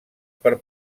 per